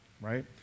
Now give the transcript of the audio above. right